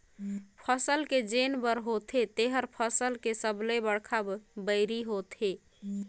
फसल के जेन बन होथे तेहर फसल के सबले बड़खा बैरी होथे